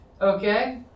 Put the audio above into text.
Okay